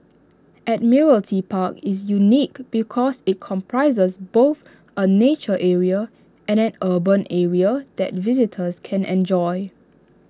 Admiralty Park is unique because IT comprises both A nature area and an urban area that visitors can enjoy